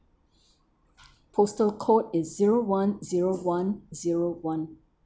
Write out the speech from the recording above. postal code is zero one zero one zero one